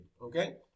Okay